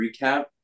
recap